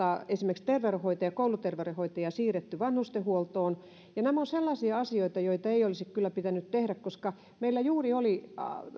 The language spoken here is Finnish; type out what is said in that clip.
esimerkiksi kouluterveydenhoitajia siirretty vanhustenhuoltoon nämä ovat sellaisia asioita joita ei olisi kyllä pitänyt tehdä koska meillä